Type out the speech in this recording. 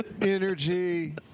energy